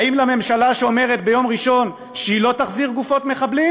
האם לממשלה שאומרת ביום ראשון שהיא לא תחזיר גופות מחבלים,